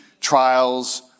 trials